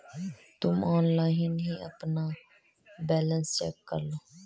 तुम ऑनलाइन ही अपना बैलन्स चेक करलो